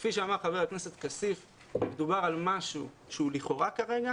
כפי שאמר חבר הכנסת כסיף מדובר על משהו שהוא לכאורה כרגע